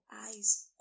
eyes